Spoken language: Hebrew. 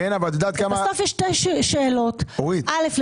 בסוף יש שתי שאלות אל"ף,